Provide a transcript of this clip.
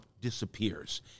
disappears